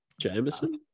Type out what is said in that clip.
Jameson